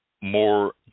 more